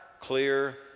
clear